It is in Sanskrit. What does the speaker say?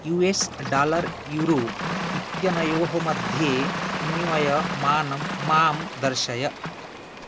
यु एस् डालर् यूरो इत्यनयोः मध्ये विनिमयमानं मां दर्शय